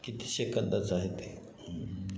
किती शेकंदाचं आहेत ते